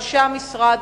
אנשי המשרד,